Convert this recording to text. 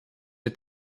der